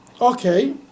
Okay